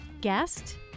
guest